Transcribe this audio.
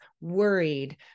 worried